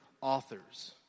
authors